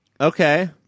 Okay